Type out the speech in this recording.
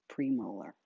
premolar